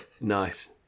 Nice